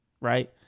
right